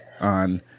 on